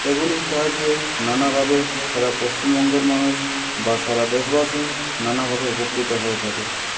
এগুলির সাহায্যে নানাভাবে সারা পশ্চিমবঙ্গের মানুষ বা সারা দেশবাসী নানাভাবে উপকৃত হয়ে থাকে